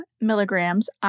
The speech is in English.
milligrams